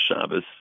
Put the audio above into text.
Shabbos